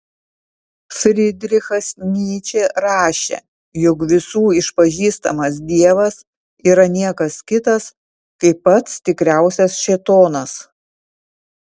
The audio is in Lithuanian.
fridrichas nyčė rašė jog visų išpažįstamas dievas yra niekas kitas kaip pats tikriausias šėtonas